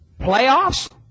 Playoffs